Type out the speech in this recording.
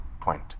point